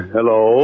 Hello